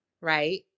right